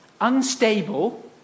unstable